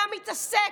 אתה מתעסק,